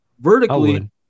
vertically